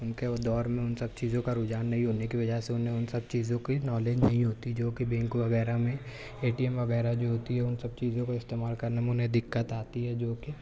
ان کے دور میں ان سب چیزوں کا رجحان نہیں ہونے کی وجہ سے انہیں ان سب چیزوں کی نالج نہیں ہوتی جو کہ بینک وغیرہ میں اے ٹی ایم وغیرہ جو ہوتی ہے ان سب چیزوں کو استعمال کرنے میں انہیں دقت آتی ہے جوکہ